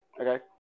okay